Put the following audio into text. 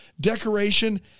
decoration